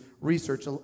research